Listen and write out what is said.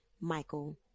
Michael